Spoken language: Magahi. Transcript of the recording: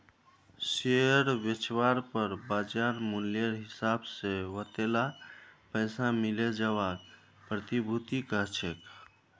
शेयर बेचवार पर बाज़ार मूल्येर हिसाब से वतेला पैसा मिले जवाक प्रतिभूति कह छेक